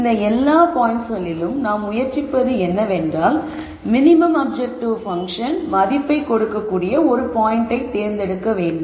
இந்த எல்லா பாயின்ட்ஸ்களிலும் நாம் முயற்சிப்பது என்னவென்றால் மினிமம் அப்ஜெக்ட்டிவ் பன்ஃசன் மதிப்பைக் கொடுக்கக்கூடிய ஒரு பாயிண்டை தேர்ந்தெடுப்பதாகும்